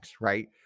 right